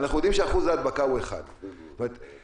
ואנחנו יודעים שאחוז ההדבקה הוא 1%. בשביל